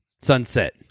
sunset